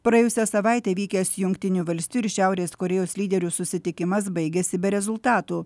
praėjusią savaitę įvykęs jungtinių valstijų ir šiaurės korėjos lyderių susitikimas baigėsi be rezultatų